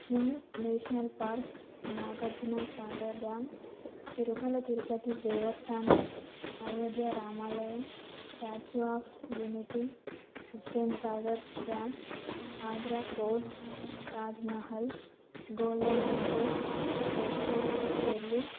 gym national park Nagarjunasagar dam Tirumala Tirupati దేవస్థానం అయోధ్య రామాలయం Statue of Unity Hussain Sagar dam Agra Fort Taj Mahal Golden Temple Red Fort Delhi